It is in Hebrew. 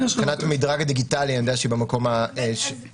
מבחינת המדרג הדיגיטלי אני יודע שהיא במקום השני,